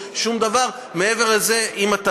אין קשר בינו לבין חוק העמותות.